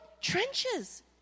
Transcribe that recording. trenches